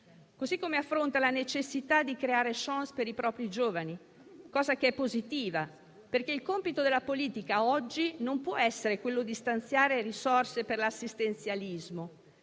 Act* e dalla necessità di creare *chance* per i propri giovani. Ciò è positivo perché il compito della politica oggi non può essere stanziare risorse per l'assistenzialismo,